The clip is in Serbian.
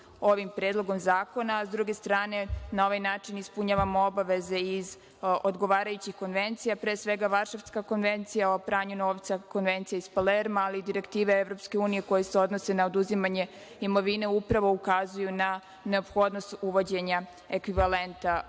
ovim predlogom zakona, a s druge strane, na ovaj način ispunjavamo obaveze iz odgovarajućih konvencija, pre svega Varšavska konvencija o pranju novca, Konvencija iz Palerma, ali i direktive EU koje se odnose na oduzimanje imovine upravo ukazuju na neophodnost uvođenja ekvivalenta